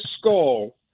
skull